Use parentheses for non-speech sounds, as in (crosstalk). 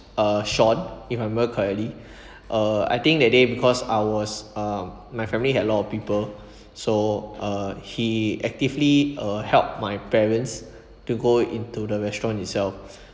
uh sean if I remember correctly (breath) uh I think that day because ours um my family had a lot of people so uh he actively uh help my parents to go into the restaurant itself